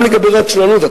גם לגבי רשלנות,